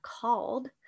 called